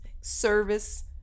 service